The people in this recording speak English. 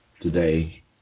today